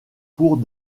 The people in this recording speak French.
cours